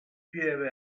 pieve